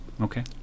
Okay